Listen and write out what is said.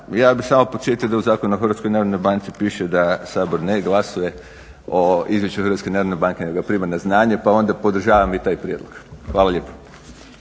ja bih samo podsjetio da u Zakonu o HNB-i piše da Sabor ne glasuje o izvješću HNB-a nego prima na znanje pa onda podržavam i taj prijedlog. Hvala lijepo.